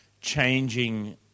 changing